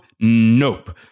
nope